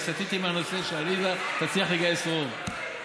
אני סטיתי מהנושא, שעליזה תצליח לגייס רוב.